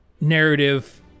narrative